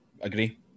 Agree